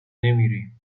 نمیریم